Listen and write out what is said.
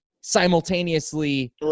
simultaneously